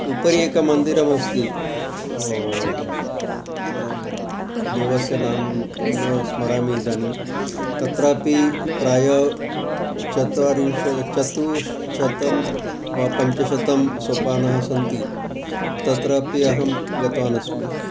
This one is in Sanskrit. उपरि एकमन्दिरमस्ति देवस्य नाम न स्मरामि इदानीं तत्रापि प्राय चत्वारिंशत् चतुःशतं वा पञ्चशतं सोपानानि सन्ति तत्रापि अहं गतवान् अस्मि